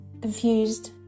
confused